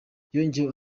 yongeyeho